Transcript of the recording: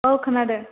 औ खोनादों